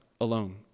alone